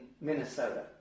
Minnesota